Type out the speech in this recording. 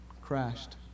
crashed